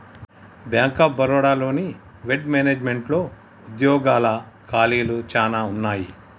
bank of Baroda లోని వెడ్ మేనేజ్మెంట్లో ఉద్యోగాల ఖాళీలు చానా ఉన్నయి